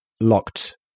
locked